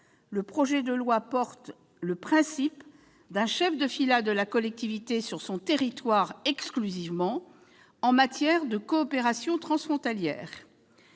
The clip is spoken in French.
Le projet de loi institue ainsi le principe d'un chef de filât de la collectivité, sur son territoire exclusivement, en matière de coopération transfrontalière.